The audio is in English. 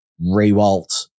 Rewalt